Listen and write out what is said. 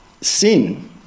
sin